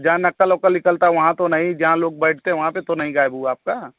जहाँ नक्कल उक्कल निकलता है वहाँ तो नहीं जहाँ लोग बैठते वहाँ पर तो नहीं गायब हुआ आपका